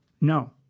no